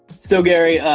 so gary,